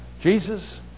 Jesus